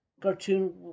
cartoon